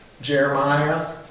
Jeremiah